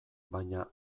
baina